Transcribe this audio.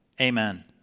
Amen